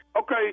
Okay